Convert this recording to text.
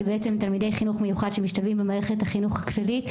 שבעצם הם תלמידי חינוך מיוחד שמשתלבים במערכת החינוך הכללית,